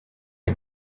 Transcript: est